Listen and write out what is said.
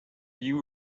you